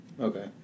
Okay